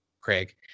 Craig